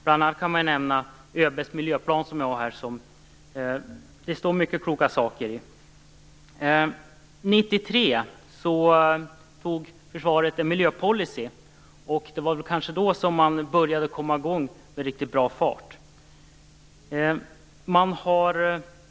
Bl.a. kan nämnas ÖB:s miljöplan som innehåller många kloka saker. År 1993 antog försvaret en miljöpolicy. Det var kanske då som man började komma i gång på allvar.